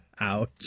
Ouch